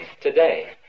today